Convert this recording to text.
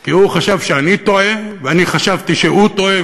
כי הוא חשב שאני טועה ואני חשבתי שהוא טועה,